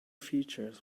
features